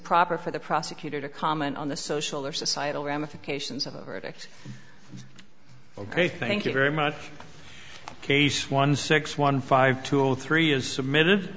improper for the prosecutor to comment on the social or societal ramifications of a verdict ok thank you very much case one six one five two or three is submitted